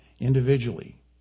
individually